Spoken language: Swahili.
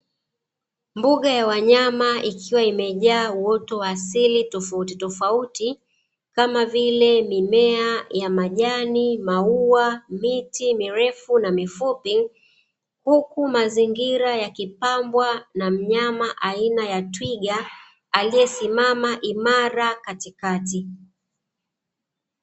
Mbuga ya wanyama ikiwa imejaa uoto wa asili tofautitofauti, kama vile: mimea ya majani, maua, miti mirefu na mifupi; huku mazingira yakipambwa na mnyama aina ya twiga, aliyesimama imara katikati.